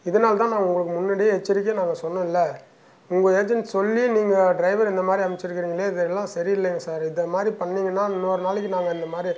இதனால தான் நான் உங்களுக்கு முன்னாடியே எச்சரிக்கையாக நாங்கள் சொன்னோமில உங்கள் ஏஜென்சிக்கு சொல்லியும் நீங்கள் டிரைவர் இந்த மாதிரி அனுப்பிச்சிருக்குறிங்களே இதெல்லாம் சரி இல்லைங்க சார் இந்த மாதிரி பண்ணிங்கன்னால் இன்னொரு நாளைக்கு நாங்கள் இந்த மாதிரி